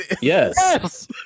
Yes